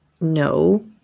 no